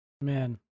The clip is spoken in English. Man